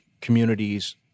communities